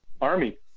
army